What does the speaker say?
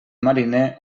mariner